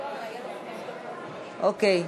אוקיי.